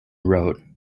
wrote